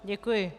Děkuji.